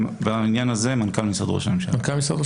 בעניין הזה מנכ"ל משרד ראש הממשלה.